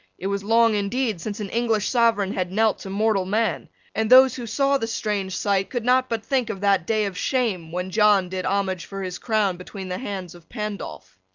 it was long indeed since an english sovereign had knelt to mortal man and those who saw the strange sight could not but think of that day of shame when john did homage for his crown between the hands of pandolph.